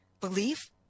belief